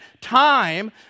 time